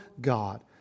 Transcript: God